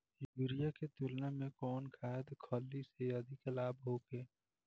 Urea के तुलना में कौन खाध खल्ली से अधिक लाभ होखे?